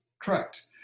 Correct